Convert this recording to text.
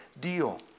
deal